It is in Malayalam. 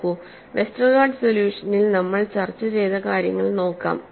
നോക്കൂ വെസ്റ്റർഗാർഡ് സൊല്യൂഷനിൽ നമ്മൾ ചർച്ച ചെയ്ത കാര്യങ്ങൾ നോക്കാം